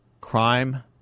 crime